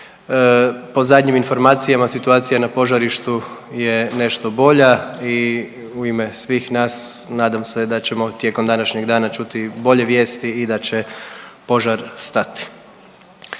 Po zadnjim informacijama situacija na požarištu je nešto bolja i u ime svih nas nadam se da ćemo tijekom današnjeg dana čuti bolje vijesti i da će požar stati.